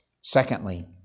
Secondly